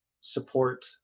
support